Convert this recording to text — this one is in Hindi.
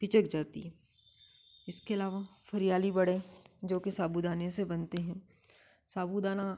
पिचक जाती है इसके अलावा फ़रियाली बड़े जो कि साबुदाने से बनते हैं साबुदाना